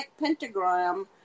pentagram